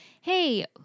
hey